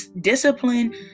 discipline